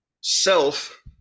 self